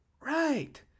Right